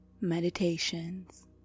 meditations